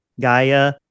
Gaia